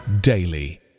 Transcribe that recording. daily